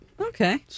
Okay